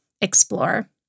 explore